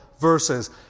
verses